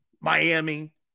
Miami